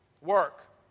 work